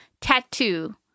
tattoo